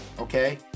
okay